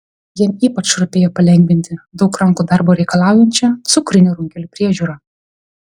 jam ypač rūpėjo palengvinti daug rankų darbo reikalaujančią cukrinių runkelių priežiūrą